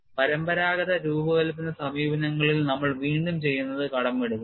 പരമ്പരാഗത രൂപകൽപ്പന സമീപനങ്ങളിൽ നമ്മൾ വീണ്ടും ചെയ്യുന്നത് കടമെടുക്കും